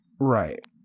Right